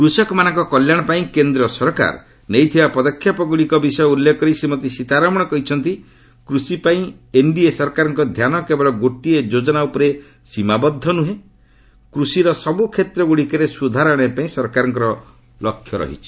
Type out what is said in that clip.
କୃଷକମାନଙ୍କ କଲ୍ୟାଣ ପାଇଁ କେନ୍ଦ୍ର ସରକାର ନେଇଥିବା ପଦକ୍ଷେପଗୁଡ଼ିକ ବିଷୟରେ ଉଲ୍ଲେଖ କରି ଶ୍ରୀମତୀ ସୀତାରମଣ କହିଛନ୍ତି କୃଷି ପାଇଁ ଏନ୍ଡିଏ ସରକାରଙ୍କ ଧ୍ୟାନ କେବଳ ଗୋଟିଏ ଯୋଜନା ଉପରେ ସୀମାବଦ୍ଧ ନୁହେଁ କୃଷିର ସବୁ କ୍ଷେତ୍ରଗୁଡ଼ିକରେ ସ୍ତ୍ରଧାର ଆଣିବା ପାଇଁ ସରକାରଙ୍କର ଲକ୍ଷ୍ୟ ରହିଛି